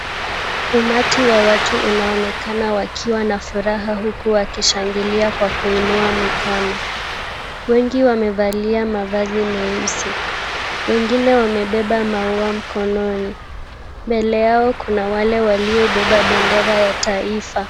Umati wa watu unaonekana wakiwa na furaha huku wakishangilia kwa kuinua mikono. Wengi wamevalia mavazi meusi. Wengine wamebeba maua mkononi. Mbele yao kuna wale waliobeba bendera ya taifa.